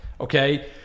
okay